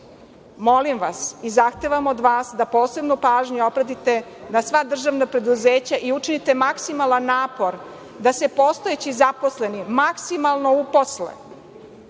činjenice, i zahtevam od vas da posebnu pažnju obratite na sva državna preduzeća i učiniti maksimalan napor da se postojeći zaposleni maksimalno uposle,